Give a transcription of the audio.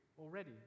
already